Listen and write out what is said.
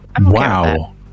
wow